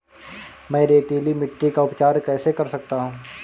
मैं रेतीली मिट्टी का उपचार कैसे कर सकता हूँ?